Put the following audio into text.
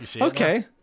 Okay